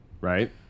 right